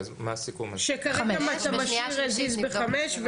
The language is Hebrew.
כרגע משאירים 5 שנים.